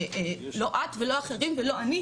לא את ולא אחרים ולא אני,